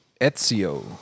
Ezio